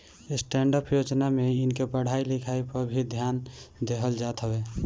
stand up योजना में इनके पढ़ाई लिखाई पअ भी ध्यान देहल जात हवे